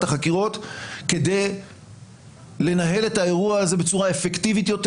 החקירות כדי לנהל את האירוע הזה בצורה אפקטיבית יותר.